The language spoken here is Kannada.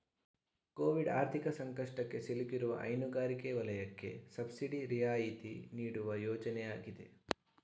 ಕೋವಿಡ್ ಆರ್ಥಿಕ ಸಂಕಷ್ಟಕ್ಕೆ ಸಿಲುಕಿರುವ ಹೈನುಗಾರಿಕೆ ವಲಯಕ್ಕೆ ಸಬ್ಸಿಡಿ ರಿಯಾಯಿತಿ ನೀಡುವ ಯೋಜನೆ ಆಗಿದೆ